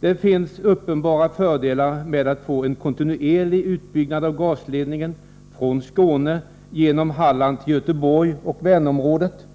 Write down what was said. Det finns uppenbara fördelar med en kontinuerlig utbyggnad av gasledningarna från Skåne genom Halland till Göteborg och Vänerområdet.